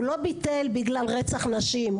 הוא לא ביטל בגלל רצח נשים,